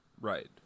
Right